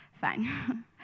fine